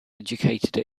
educated